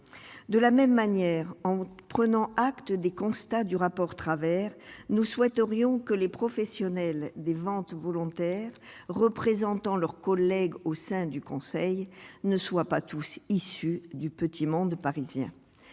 de la même manière, en août, prenant acte des constats du rapport travers nous souhaiterions que les professionnels des ventes volontaires représentant leurs collègues au sein du conseil ne soient pas tous issus du petit monde parisien,